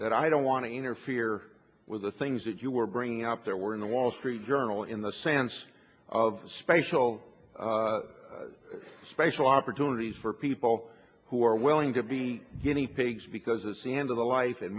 that i don't want to interfere with the things that you were bringing up that were in the wall street journal in the sense of special special opportunities for people who are willing to be guinea pigs because it's the end of the life it